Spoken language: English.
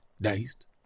diced